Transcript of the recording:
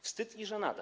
Wstyd i żenada.